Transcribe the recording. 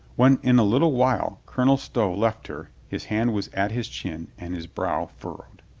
when in a little while colonel stow left her his hand was at his chin and his brow furrowed.